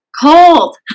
Cold